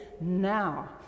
now